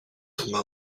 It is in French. tomba